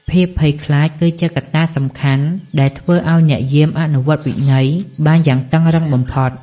ភាពភ័យខ្លាចគឺជាកត្តាសំខាន់ដែលធ្វើឱ្យអ្នកយាមអនុវត្តវិន័យបានយ៉ាងតឹងរ៉ឹងបំផុត។